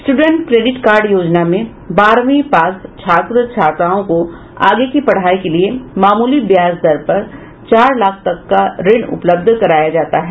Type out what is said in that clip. student credit card योजना में बारहवीं पास छात्र छात्राओं को आगे की पढ़ाई के लिए मामूली ब्याज दर पर चार लाख तक का ऋण उपलब्ध कराया जाता है